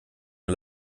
der